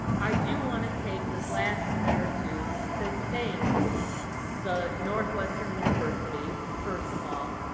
i do want to take this last minute or two to thank the northwestern university, first of all.